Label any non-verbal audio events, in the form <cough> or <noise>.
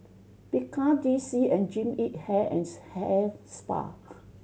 Bika D C and Jean Yip Hair and <unintelligible> Hair Spa